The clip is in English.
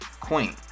queen